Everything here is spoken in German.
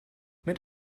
mit